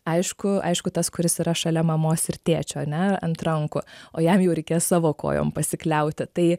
aišku aišku tas kuris yra šalia mamos ir tėčio ane ant rankų o jam jau reikės savo kojom pasikliauti tai